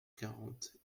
quarante